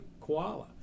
koala